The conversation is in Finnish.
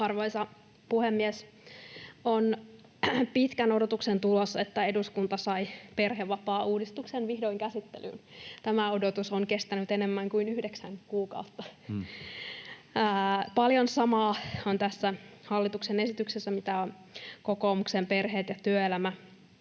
Arvoisa puhemies! On pitkän odotuksen tulos, että eduskunta sai perhevapaauudistuksen vihdoin käsittelyyn. Tämä odotus on kestänyt enemmän kuin yhdeksän kuukautta. Paljon samaahan tässä hallituksen esityksessä on, mitä on kokoomuksen Perheet ja työelämä